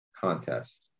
contest